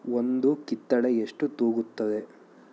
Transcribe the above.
ಒಂದು ಕಿತ್ತಳೆ ಎಷ್ಟು ತೂಗುತ್ತದೆ